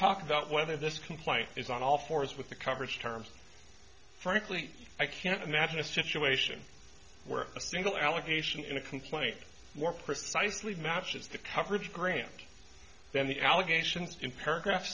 talked about whether this complaint is on all fours with the coverage terms frankly i can't imagine a situation where a single allegation in a complaint more precisely matches the coverage granted then the allegations in paragraphs